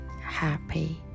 happy